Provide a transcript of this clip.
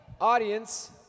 audience